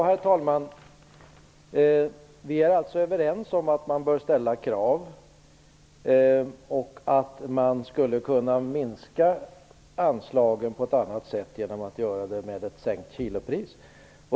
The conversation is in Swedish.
Herr talman! Vi är alltså överens om att man bör ställa krav och att man skulle kunna minska anslagen på ett annat sätt genom ett sänkt kilopris.